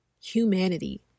humanity